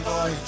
Boy